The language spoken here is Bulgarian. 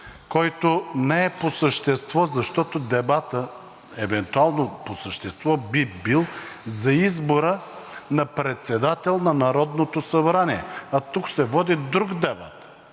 който не е по същество, защото дебатът евентуално по същество би бил за избора на председател на Народно събрание, а тук се води друг дебат.